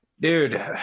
dude